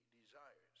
desires